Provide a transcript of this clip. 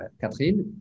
Catherine